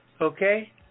Okay